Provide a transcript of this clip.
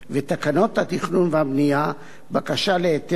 ותקנות התכנון והבנייה (בקשה להיתר,